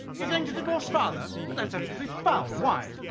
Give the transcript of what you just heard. you're going to divorce father but that's absolutely foul. why?